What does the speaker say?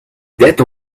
that